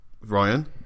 Ryan